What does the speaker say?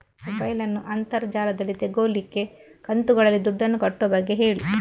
mobile ನ್ನು ಅಂತರ್ ಜಾಲದಲ್ಲಿ ತೆಗೋಲಿಕ್ಕೆ ಕಂತುಗಳಲ್ಲಿ ದುಡ್ಡನ್ನು ಕಟ್ಟುವ ಬಗ್ಗೆ ಹೇಳಿ